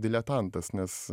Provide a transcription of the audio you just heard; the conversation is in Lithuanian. diletantas nes